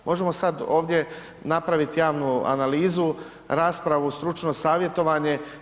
Možemo sad ovdje napraviti javnu analizu, raspravu, stručno savjetovanje.